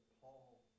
Paul